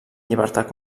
llibertat